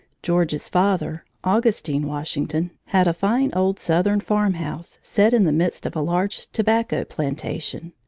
george's father, augustine washington, had a fine old southern farmhouse set in the midst of a large tobacco plantation.